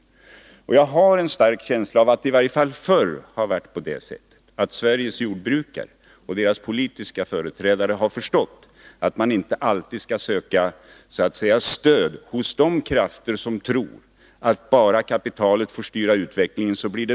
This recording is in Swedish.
AL bruksdepartemen Jag har en stark känsla av att Sveriges jordbrukare och deras politiska — ;ots verksamhetsföreträdare har förstått — det gällde i varje fall förr — att man inte alltid skall område söka stöd hos de krafter som tror att allt blir bra, bara kapitalet får styra utvecklingen.